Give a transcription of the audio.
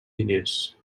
diners